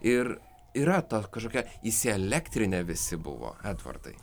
ir yra ta kažkokia įsielektrinę visi buvo edvardai